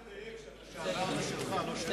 רק תדייק שה"לשעבר" הוא שלך לא שלי.